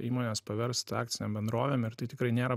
įmones paverst akcinėm bendrovėm ir tai tikrai nėra